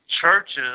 churches